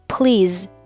Please